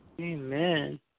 Amen